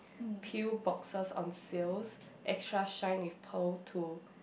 pill boxes on sales extra shine with pearl to